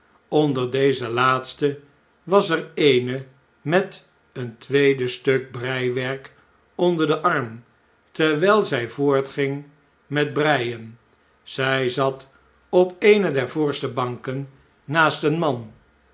onder deze laatsten was er eene met een tweede stuk breiwerk onder den arm terwijl zij voortging met breien zjj zat op eene der voorste banken naast een man